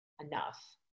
enough